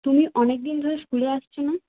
তুমি অনেকদিন ধরে স্কুলে আসছ না